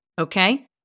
okay